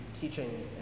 teaching